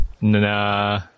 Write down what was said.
Nah